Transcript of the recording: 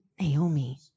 Naomi